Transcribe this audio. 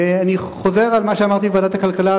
אני חוזר על מה שאמרתי בוועדת הכלכלה,